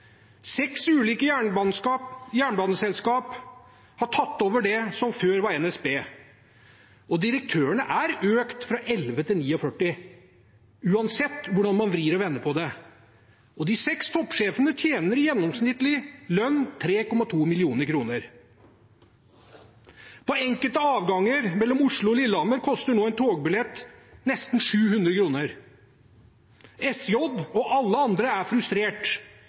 Seks ulike jernbaneselskap har tatt over det som før var NSB, og antall direktører er økt fra 11 til 49, uansett hvordan man vrir og vender på det. De seks toppsjefene har 3,2 mill. kr i gjennomsnittlig lønn. På enkelte avganger mellom Oslo og Lillehammer koster nå en togbillett nesten 700 kr. SJ og alle andre er frustrert.